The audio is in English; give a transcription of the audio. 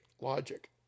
Logic